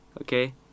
Okay